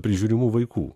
prižiūrimų vaikų